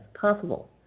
possible